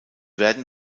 werden